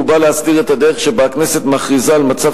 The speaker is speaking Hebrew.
והוא בא להסדיר את הדרך שבה הכנסת מכריזה על מצב